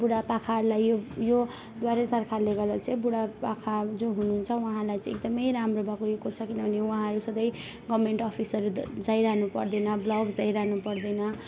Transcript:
बुढापाखाहरूलाई यो यो द्वारे सरकारले गर्दा चाहिँ बु़ढापाखा जो हुनुहुन्छ उहाँलाई चाहिँ एकदमै राम्रो भएको यो छ किनभने उहाँहरू सधैँ गभर्मेन्ट अफिसहरू द जाइरहनु पर्दैन ब्लक जाइरहनु पर्दैन